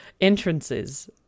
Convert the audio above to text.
entrances